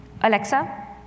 Alexa